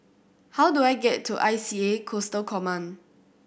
how do I get to I C A Coastal Command